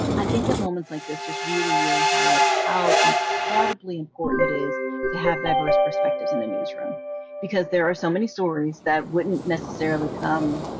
i think that moments like this just really, really highlight how incredibly important it is to have diverse perspectives in the newsroom because there are so many stories that wouldn't necessarily come